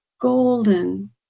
golden